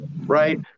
right